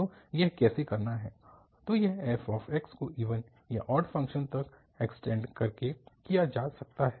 तो यह कैसे करना है तो यह f को इवन या ऑड फ़ंक्शन तक एक्सटेंड करके किया जा सकता है